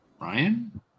Ryan